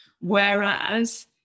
Whereas